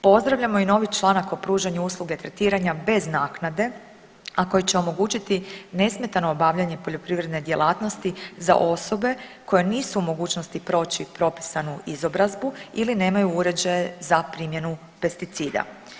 Pozdravljamo i novi članak o pružanju usluge tretiranja bez naknade a koji će omogućiti nesmetano obavljanje poljoprivredne djelatnosti za osobe koje nisu u mogućnosti proći propisanu izobrazbu ili nemaju uređaje za primjenu pesticida.